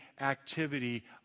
activity